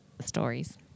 stories